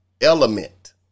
element